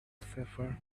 shepherd